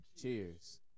Cheers